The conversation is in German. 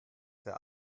der